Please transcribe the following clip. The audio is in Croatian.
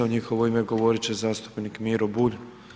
U njihovo ime govoriti će zastupnik Miro Bulj.